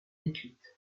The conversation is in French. décrite